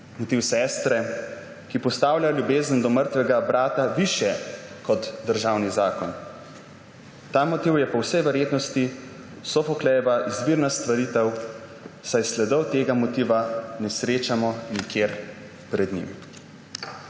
motiv sestre, ki postavlja ljubezen do mrtvega brata višje kot državni zakon – ta motiv je po vsej verjetnosti Sofoklejeva izvirna stvaritev, saj sledov tega motiva ne srečamo nikjer pred njim.«